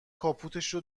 کاپوتشو